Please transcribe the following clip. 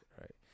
right